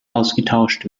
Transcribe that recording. ausgetauscht